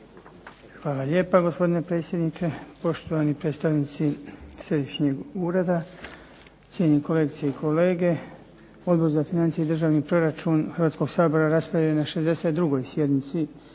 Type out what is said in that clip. Hvala lijepa gospodine predsjedniče, poštovani predstavnici središnjeg ureda, cijenjeni kolegice i kolege. Odbor za financije i državni proračun Hrvatskog sabora raspravio je na 62. sjednici